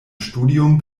studium